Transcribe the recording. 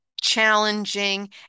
challenging